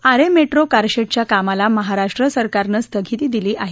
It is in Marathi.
आरे मेट्रो कारशेडच्या कामाला महाराष्ट्र सरकारनं स्थगिती दिली आहे